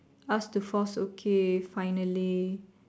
ask to force okay finally